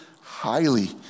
highly